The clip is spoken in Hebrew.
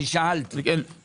שאלתי.